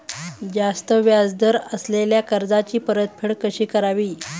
जास्त व्याज दर असलेल्या कर्जाची परतफेड कशी करावी?